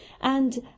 and